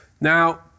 Now